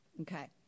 Okay